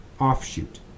offshoot